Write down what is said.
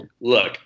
look